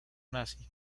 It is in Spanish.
nazi